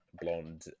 blonde